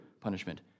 punishment